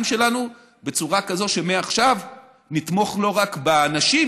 שלנו בצורה כזאת שמעכשיו נתמוך לא רק באנשים